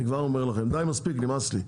אני כבר אומר לכם, די מספיק, נמאס לי.